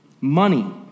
money